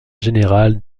général